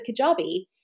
Kajabi